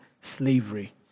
slavery